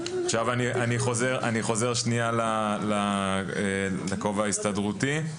אני חוזר לכובע ההסתדרותי.